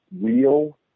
real